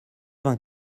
vingt